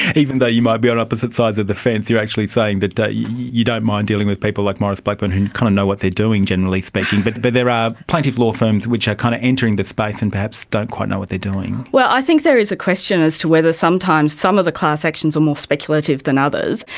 even though you might be on opposite sides of the fence, you are actually saying that that you you don't mind dealing with people like maurice blackburn who kind of know what they're doing, generally speaking. but but there are plaintiff law firms which are kind of entering the space and perhaps don't quite know what they are doing. well, i think there is a question as to whether sometimes some of the class actions are more speculative than others,